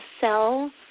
cells